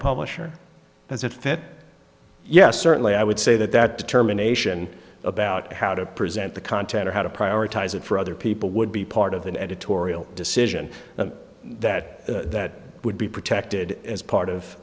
publisher as it fit yes certainly i would say that that determination about how to present the content or how to prioritize it for other people would be part of the editorial decision that that would be protected as part of